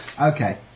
okay